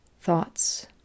thoughts